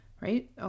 right